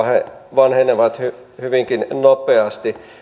vanhenevat hyvinkin nopeasti